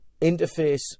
interface